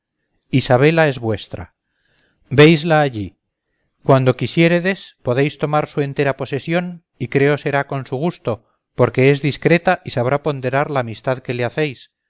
isabela es vuestra veisla allí cuando quisiéredes podéis tomar su entera posesión y creo será con su gusto porque es discreta y sabrá ponderar la amistad que le hacéis